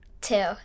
two